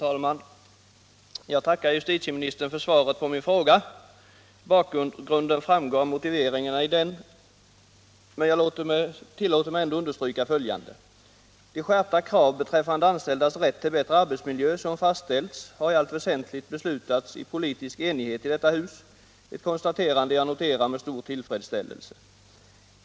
Herr talman! Jag tackar justitieministern för svaret på min fråga. Bakgrunden framgår av motiveringarna i den. Jag tillåter mig ändå att understryka följande. De skärpta krav beträffande anställdas rätt till bättre arbetsmiljö som fastställts har i allt väsentligt beslutats i politisk enighet i detta hus, något som jag noterar med stor tillfredsställelse.